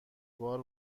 بار